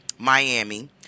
Miami